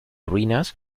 ruinas